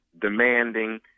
demanding